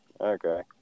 Okay